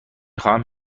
خواهم